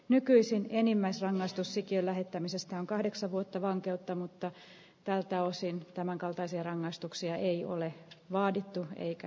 nykyisin enimmäisrangaistus sikiö lähettämisestä on kahdeksan vuotta vankeutta mutta tältä osin tämänkaltaisia rangaistuksia ei ole laadittu eikä